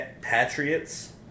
Patriots